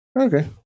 okay